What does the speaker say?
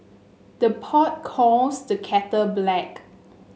the pot calls the kettle black